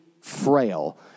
frail